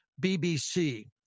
BBC